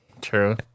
True